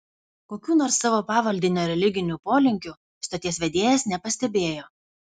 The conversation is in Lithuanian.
kokių nors savo pavaldinio religinių polinkių stoties vedėjas nepastebėjo